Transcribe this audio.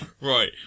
Right